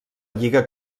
lliga